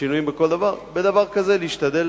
לשינויים בכל דבר בדבר כזה להשתדל